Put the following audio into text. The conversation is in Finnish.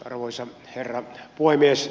arvoisa herra puhemies